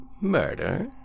murder